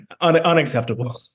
unacceptable